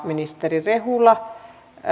ministeri rehula aloittaa